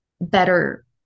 better